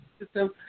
system